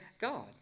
God